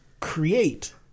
Create